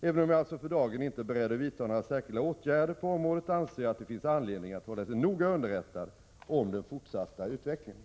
Även om jag alltså för dagen inte är beredd att vidta några särskilda åtgärder på detta område anser jag att det finns anledning att hålla sig noga underrättad om den fortsatta utvecklingen.